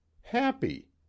happy